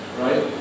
Right